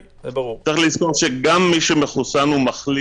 צריך לזכור שגם מי שמחוסן או מחלים